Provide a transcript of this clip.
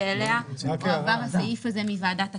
שאליה הועבר הסעיף הזה מוועדת הכנסת.